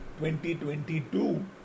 2022